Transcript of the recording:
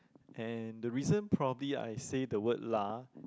and the reason probably I say the word lah